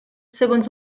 segons